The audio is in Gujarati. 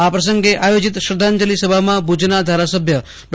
આ પ્રસંગે આયોજિત શ્રધાંજલિ સભામાં ભુજના ધારાસભ્ય ડો